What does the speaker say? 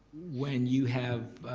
when you have,